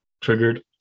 triggered